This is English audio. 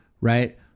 right